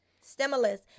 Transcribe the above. Stimulus